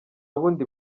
bundi